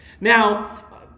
Now